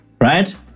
Right